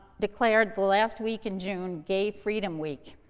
declared the last week in june gay freedom week.